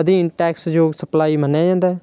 ਅਧੀਨ ਟੈਕਸਯੋਗ ਸਪਲਾਈ ਮੰਨਿਆ ਜਾਂਦਾ